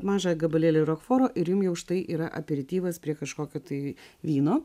mažą gabalėlį rokforo ir jums jau štai yra aperityvas prie kažkokio tai vyno